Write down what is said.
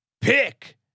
pick